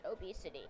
obesity